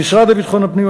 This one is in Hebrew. המשרד לביטחון הפנים,